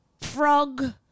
frog